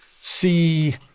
see